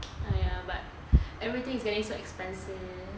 !aiya! but everything is getting so expensive